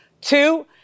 Two